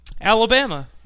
Alabama